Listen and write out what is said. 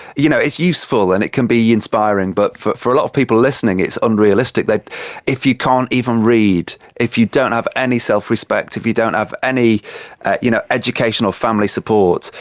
you know it's useful and it can be inspiring, but for for a lot of people listening it's unrealistic, like if you can't even read, if you don't have any self-respect, if you don't have any you know education or family support,